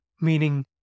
meaning